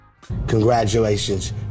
Congratulations